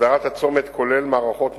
הסדרת הצומת, כולל מערכות ניקוז,